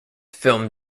film